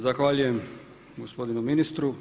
Zahvaljujem gospodinu ministru.